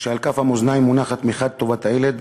כשעל כף המאזניים מונחת טובת הילד,